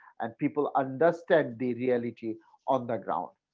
and people understand the reality on the ground.